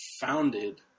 founded